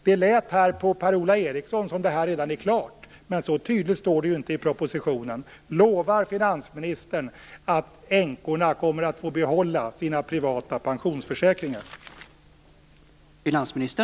Det lät på Per-Ola Eriksson som att det redan är klart. Så tydligt uttrycks det inte i propositionen. Lovar finansministern att änkorna kommer att få behålla sina privata pensionsförsäkringar?